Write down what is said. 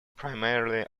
primarily